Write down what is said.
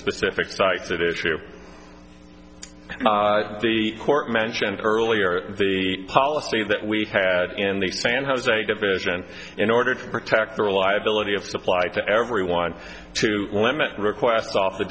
specific site that issue the court mentioned earlier the policy that we had in the san jose division in order to protect the reliability of supply to everyone to limit requests off the